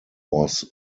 was